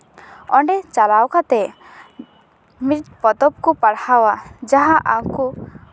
ᱚᱸᱰᱮ ᱪᱟᱞᱟᱣ ᱠᱟᱛᱮ ᱢᱤᱫ ᱯᱚᱛᱚᱵ ᱠᱚ ᱯᱟᱲᱦᱟᱣᱟ ᱡᱟᱦᱟᱸ ᱟᱠᱚ